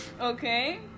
Okay